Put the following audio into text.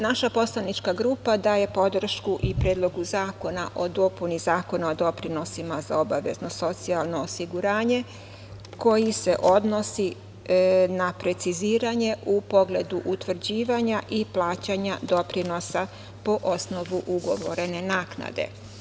Naša poslanička grupa daje podršku i Predlogu zakona o dopuni Zakona o doprinosima za obavezno socijalno osiguranje koji se odnosi na preciziranje u pogledu utvrđivanja i plaćanja doprinosa po osnovu ugovorene naknade.